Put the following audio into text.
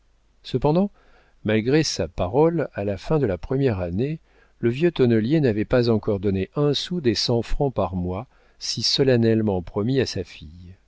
cependant malgré sa parole à la fin de la première année le vieux tonnelier n'avait pas encore donné un sou des cent francs par mois si solennellement promis à sa fille